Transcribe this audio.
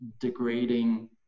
degrading